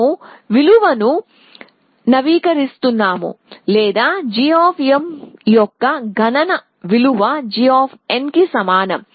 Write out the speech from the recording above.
మేము విలువను నవీకరిస్తాము లేదా g యొక్క గణన విలువ g కి సమానం